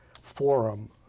forum